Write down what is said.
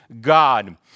God